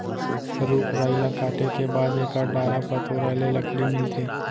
रूख राई ल काटे के बाद एकर डारा पतोरा ले लकड़ी मिलथे